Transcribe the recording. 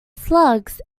slugs